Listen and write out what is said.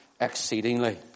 exceedingly